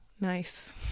nice